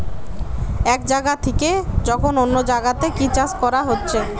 এক জাগা থিকে যখন অন্য জাগাতে কি চাষ কোরা হচ্ছে